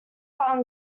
are